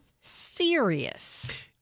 serious